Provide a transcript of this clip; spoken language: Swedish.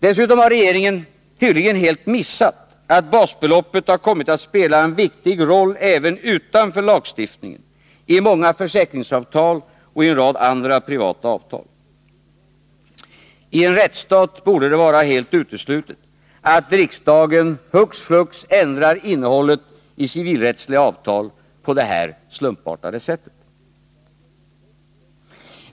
Dessutom har regeringen helt missat att basbeloppet kommit att spela en viktig roll även utanför lagstiftningen, i många försäkringsavtal och i en rad andra privata avtal. I en rättsstat borde det vara helt uteslutet att riksdagen hux flux ändrar innehållet i civilrättsliga avtal på det här slumpartade sättet.